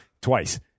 twice